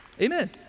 amen